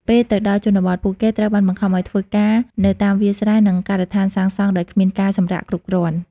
ពេលទៅដល់ជនបទ ពួកគេត្រូវបានបង្ខំឲ្យធ្វើការនៅតាមវាលស្រែ និងការដ្ឋានសាងសង់ដោយគ្មានការសម្រាកគ្រប់គ្រាន់។